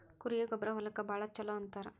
ಕುರಿಯ ಗೊಬ್ಬರಾ ಹೊಲಕ್ಕ ಭಾಳ ಚುಲೊ ಅಂತಾರ